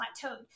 plateaued